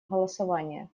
голосования